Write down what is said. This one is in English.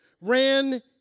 ran